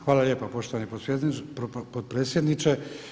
Hvala lijepa poštovani potpredsjedniče.